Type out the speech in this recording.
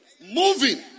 moving